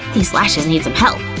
these lashes need some help!